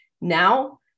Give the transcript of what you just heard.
Now